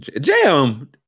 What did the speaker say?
Jam